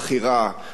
אומרים עלינו,